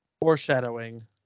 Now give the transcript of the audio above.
Foreshadowing